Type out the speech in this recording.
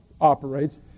operates